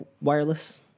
wireless